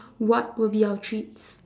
what will be our treats